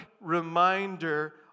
reminder